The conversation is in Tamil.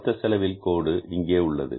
மொத்த செலவில் கோடு இங்கே உள்ளது